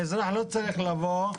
האזרח לא צריך לבוא,